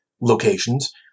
locations